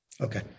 okay